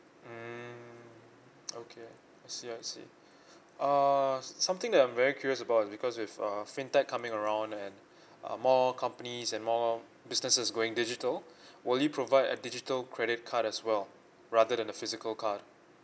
mmhmm okay I see I see uh something that I'm very curious about is because with uh fintech coming around and uh more companies and more businesses going digital will you provide a digital credit card as well rather than the physical card